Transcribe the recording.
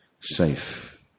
safe